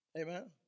Amen